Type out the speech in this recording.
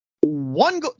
one